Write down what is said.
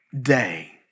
day